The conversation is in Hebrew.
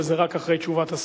אבל זה רק אחרי תשובת השר.